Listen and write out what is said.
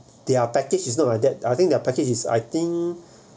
they're package is not like that I think they're package is I think